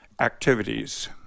activities